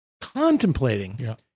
contemplating